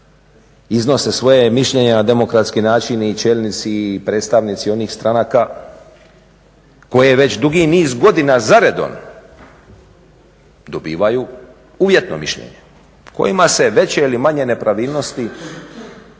iznose svoja mišljenja na demokratski način i čelnici i predstavnici onih stranaka koje već dugi niz godina za redom dobivaju uvjetno mišljenje, kojima se veće ili manje nepravilnosti